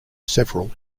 several